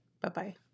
Bye-bye